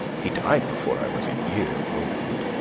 he died before i was a year old.